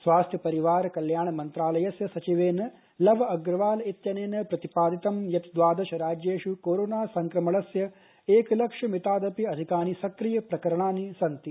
स्वास्थ्य परिवार कल्याण मन्त्रालयस्यसचिवेनलव अग्रवालइत्यनेनप्रतिपादितंयत् द्वादश राज्येषुकोरोना संक्रमणस्यएकलक्षमितादपिअधिकानि सक्रिय प्रकरणानिसन्ति